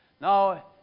Now